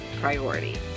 priority